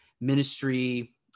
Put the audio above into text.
ministry